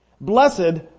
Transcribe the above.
Blessed